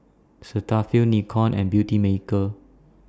Cetaphil Nikon and Beautymaker